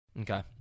Okay